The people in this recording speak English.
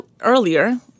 earlier